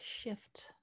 shift